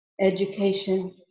education